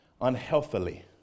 unhealthily